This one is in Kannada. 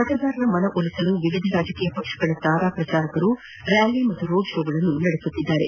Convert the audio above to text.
ಮತದಾರರ ಮನವೊಲಿಸಲು ವಿವಿಧ ರಾಜಕೀಯ ಪಕ್ಷಗಳ ತಾರಾ ಪ್ರಚಾರಕರು ರ್ನಾಲಿ ಮತ್ತು ರೋಡ್ ಶೋಗಳನ್ನು ನಡೆಸುತ್ತಿದ್ದಾರೆ